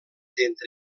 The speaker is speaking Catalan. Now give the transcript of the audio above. entre